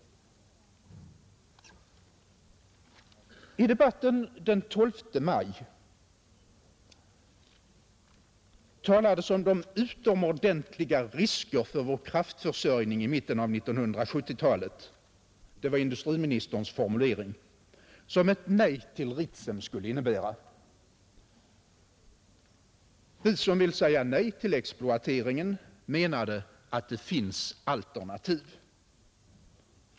I debatten den 12 maj talades om de ”utomordentliga risker för vår kraftförsörjning i mitten av 1970-talet” — det var industriministerns formulering — som ett nej till Ritsem skulle innebära, Vi som vill säga nej till exploateringen menade att det finns alternativ.